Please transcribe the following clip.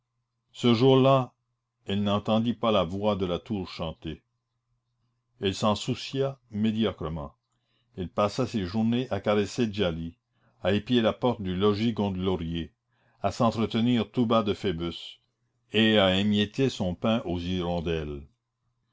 ce jour-là elle n'entendit pas la voix de la tour chanter elle s'en soucia médiocrement elle passait ses journées à caresser djali à épier la porte du logis gondelaurier à s'entretenir tout bas de phoebus et à émietter son pain aux hirondelles